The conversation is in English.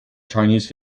chinese